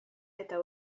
eta